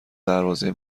دروازه